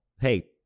hey